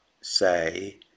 say